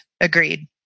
Agreed